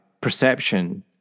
perception